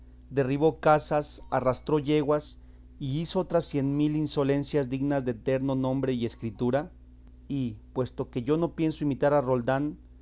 derribó casas arrastró yeguas y hizo otras cien mil insolencias dignas de eterno nombre y escritura y puesto que yo no pienso imitar a roldán